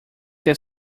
that